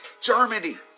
Germany